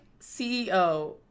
CEO